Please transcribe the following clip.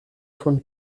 von